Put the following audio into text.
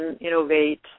innovate